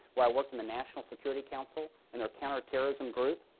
where i worked in the national security council in their counterterrorism group.